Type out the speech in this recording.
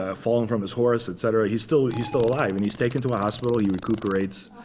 ah fallen from his horse, et cetera. he's still ah he's still alive. and he's taken to a hospital. he recuperates.